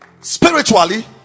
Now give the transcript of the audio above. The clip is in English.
Spiritually